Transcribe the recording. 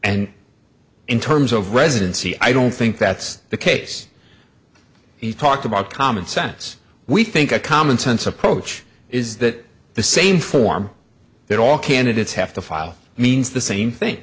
and in terms of residency i don't think that's the case he talked about common sense we think a common sense approach is that the same form there all candidates have to file means the same thing